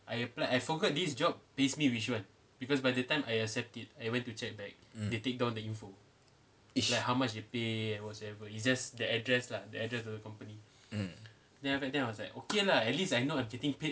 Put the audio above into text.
mm mm